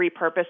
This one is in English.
repurpose